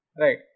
right